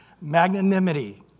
magnanimity